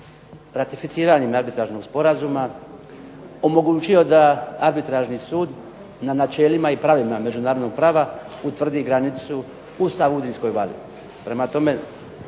ratificiranjem arbitražnog sporazuma omogućio da Arbitražni sud na načelima i pravilima međunarodnog prava utvrdi granicu u Savudrijskoj vali.